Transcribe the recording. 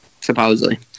Supposedly